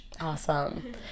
Awesome